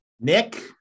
Nick